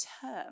term